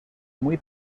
muy